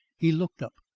he looked up,